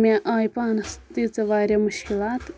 مےٚ آیہِ پانس تیٖژاہ واریاہ مُشکِلات